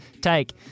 take